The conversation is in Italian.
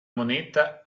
moneta